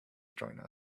join